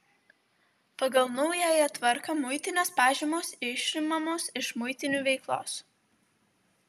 pagal naująją tvarką muitinės pažymos išimamos iš muitinių veiklos